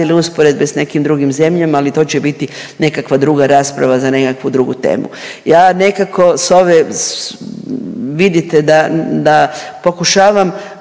radile usporedbe s nekim drugim zemljama, ali to će bit nekakva druga rasprava za nekakvu drugu temu. Ja nekako s ove, vidite da pokušavam